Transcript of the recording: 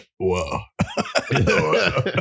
Whoa